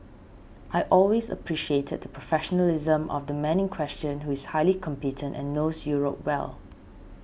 I always appreciated professionalism of the man in question who is highly competent and knows Europe well